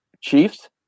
Chiefs